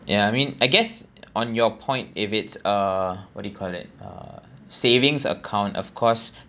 ya I mean I guess on your point if it's uh what do you call that uh savings account of course